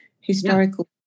historical